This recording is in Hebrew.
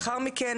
לאחר מכן